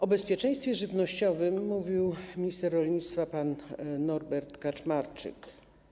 O bezpieczeństwie żywnościowym mówił minister rolnictwa pan Norbert Kaczmarczyk.